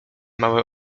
małe